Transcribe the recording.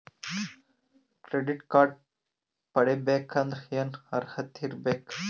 Credit card ಪಡಿಬೇಕಂದರ ಏನ ಅರ್ಹತಿ ಇರಬೇಕು?